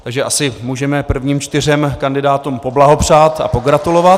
Takže asi můžeme prvním čtyřem kandidátům poblahopřát a pogratulovat.